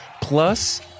plus